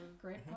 Great